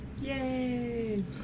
Yay